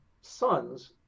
sons